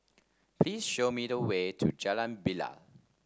please show me the way to Jalan Bilal